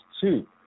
two